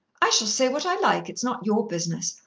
i shall say what i like. it's not your business.